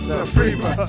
Suprema